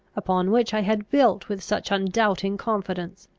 upon which i had built with such undoubting confidence.